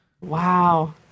Wow